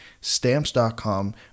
Stamps.com